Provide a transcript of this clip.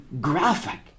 Graphic